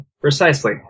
precisely